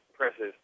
impressive